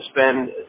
spend